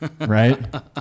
Right